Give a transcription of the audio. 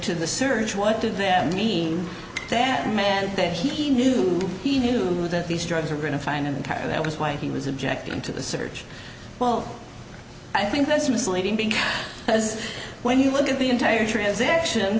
to the search what did that mean that man that he knew he knew that these drugs are going to find a tire that was why he was objecting to the search well i think that's misleading because as when you look at the entire transaction